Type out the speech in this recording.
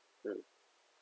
mm